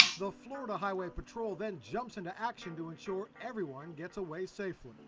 the florida highway patrol then jumps into action to ensure everyone gets away safely.